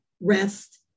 rest